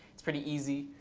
it's pretty easy.